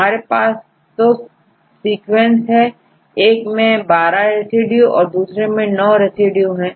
हमारे पास तो सीक्वेंस है एक में12 रेसिड्यू और दूसरे में9 रेसिड्यू हैं